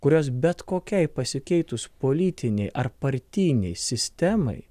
kurios bet kokiai pasikeitus politinei ar partinei sistemai